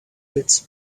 bit